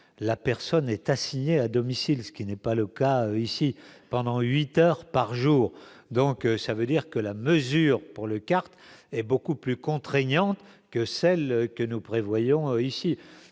la personne est assigné à domicile, ce qui n'est pas le cas ici pendant 8 heures par jour, donc ça veut dire que la mesure pour le kart et beaucoup plus contraignantes que celles que nous prévoyons ici